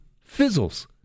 fizzles